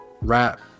rap